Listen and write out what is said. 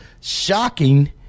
shocking